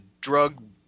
drug